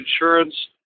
insurance